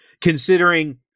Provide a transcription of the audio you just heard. considering